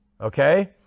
okay